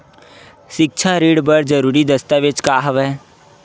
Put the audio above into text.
सिक्छा ऋण बर जरूरी दस्तावेज का हवय?